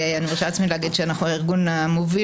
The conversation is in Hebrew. אני מרשה לעצמי להגיד שאנחנו הארגון המוביל